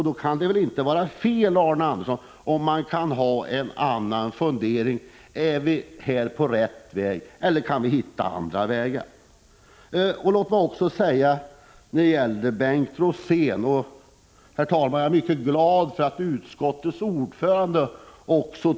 Då kan det väl inte vara fel, Arne Andersson, att fundera över om vi är på rätt väg eller om vi skall försöka hitta andra lösningar. Låt mig också kommentera de synpunkter på den framtida jordbrukspolitiken som Bengt Rosén framförde.